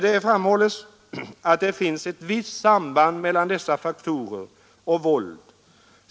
Det framhålls att det finns ett direkt samband mellan dessa faktorer och våld.